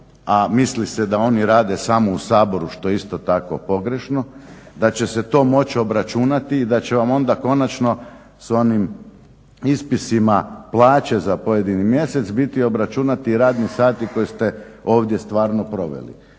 a misli se da oni rade samo u Saboru što je isto tako pogrešno, da će se to moći obračunati i da će vam onda konačno sa onim ispisima plaće za pojedini mjesec biti obračunati i radni sati koje ste stvarno ovdje